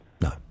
No